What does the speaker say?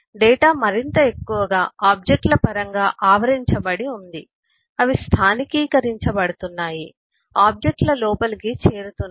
data మరింత ఎక్కువగా object ల పరంగా ఆవరించబడి ఉంది అవి స్థానికీకరించబడుతున్నాయి ఆబ్జెక్ట్ ల లోపలికి చేరుతున్నాయి